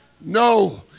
no